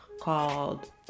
called